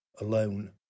alone